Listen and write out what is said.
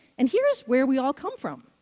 and here is where we all come from.